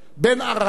"בן ערב,